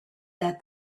that